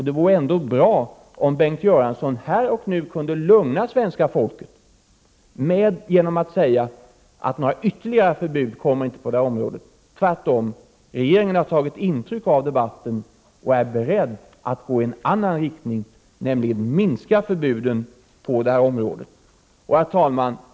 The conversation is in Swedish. Det vore ändå bra om Bengt Göransson här och nu kunde lugna svenska folket genom att säga att några ytterligare förbud på detta område inte kommer, utan att regeringen tvärtom har tagit intryck av debatten och är beredd att gå i en annan riktning och minska förbuden på detta område. Herr talman!